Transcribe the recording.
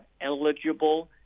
eligible